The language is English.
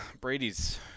Brady's